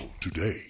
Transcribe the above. today